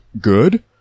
good